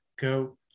go